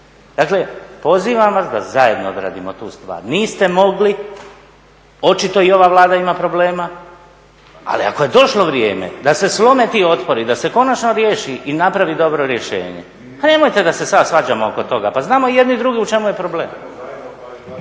Dakle pozivam vas da zajedno odradimo tu stvar, nismo mogli, očito i ova Vlada ima problema ali ako je došlo vrijeme da se slome ti otpori, da se konačno riješi i napravi dobro rješenje pa nemojte da se sada svađamo oko toga, pa znamo i jedni i drugi u čemu je problem.